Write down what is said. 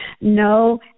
No